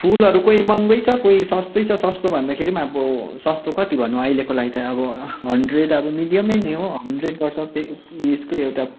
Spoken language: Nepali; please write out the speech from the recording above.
फुलहरू कोही महँगै छ कोही सस्तै छ सस्तो भन्दाखेरि पनि अब सस्तो कति भन्नु अहिलेको लागि त अब हन्ड्रेड अब मिडियमै नि हौ हन्ड्रेड गर्छ त्यही उयेसकै